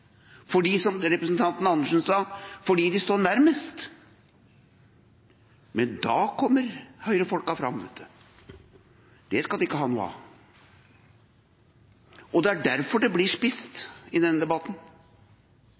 fordi de, som representanten Andersen sa, sto nærmest. Men da kommer Høyre-folkene fram, det skal de ikke ha noe av. Det er derfor det blir spisst i denne debatten.